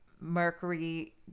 mercury